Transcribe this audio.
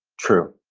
true.